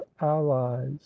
allies